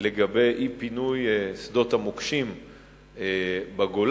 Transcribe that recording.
לגבי אי-פינוי שדות המוקשים בגולן,